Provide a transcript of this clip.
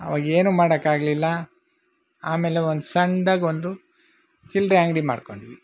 ಆವಾಗ ಏನೂ ಮಾಡಕ್ಕೆ ಆಗಲಿಲ್ಲ ಆಮೇಲೆ ಒಂದು ಸಣ್ಣ್ದಾಗಿ ಒಂದು ಚಿಲ್ಲರೆ ಅಂಗಡಿ ಮಾಡಿಕೊಂಡ್ವಿ